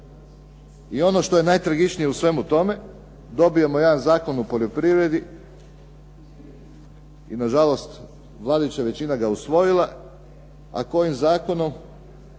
I ono što je najtragičnije u svemu tome, dobijemo jedan Zakon o poljoprivredi i nažalost vladajuća većina ga je usvojila, a kojim zakonom